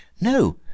No